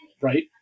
right